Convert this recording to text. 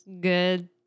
good